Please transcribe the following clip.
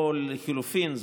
או לחלופין,